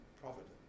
providence